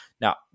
Now